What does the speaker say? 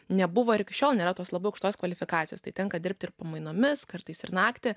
nebuvo ir iki šiol nėra tos labai aukštos kvalifikacijos tai tenka dirbti ir pamainomis kartais ir naktį